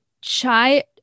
Chai